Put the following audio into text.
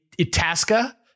Itasca